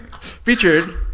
featured